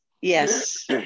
Yes